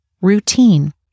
Routine